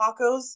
tacos